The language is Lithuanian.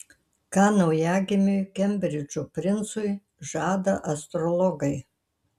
ką naujagimiui kembridžo princui žada astrologai